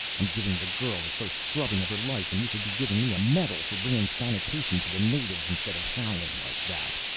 i'm giving the girl the first scrubbing of her life and you should be giving me a medal for bringing sanitation to the natives instead of howling like that.